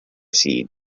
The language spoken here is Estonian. siin